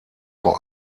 vor